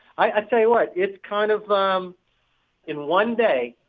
i tell you what it's kind of um in one day,